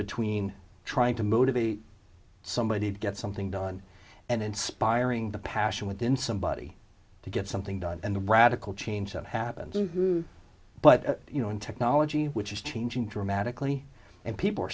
between trying to motivate somebody to get something done and inspiring the passion within somebody to get something done and the radical change that happens but you know in technology which is changing dramatically and people are